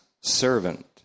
servant